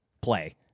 play